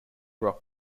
rock